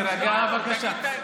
תירגע, בבקשה.